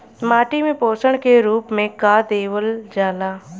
माटी में पोषण के रूप में का देवल जाला?